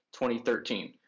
2013